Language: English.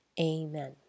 Amen